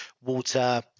water